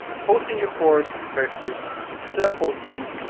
hosting your course versus self-hosting,